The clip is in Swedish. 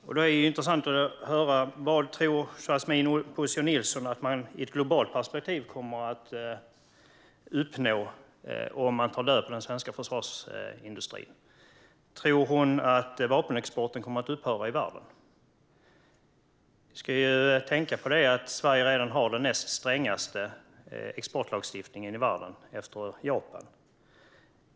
Det vore intressant att höra vad Yasmine Posio Nilsson tror att man i ett globalt perspektiv kommer att uppnå om man tar död på den svenska försvarsindustrin. Tror hon att vapenexporten i världen kommer att upphöra? Vi ska tänka på att Sverige redan har den näst strängaste exportlagstiftningen i världen, efter Japan.